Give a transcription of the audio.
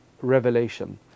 revelation